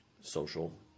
social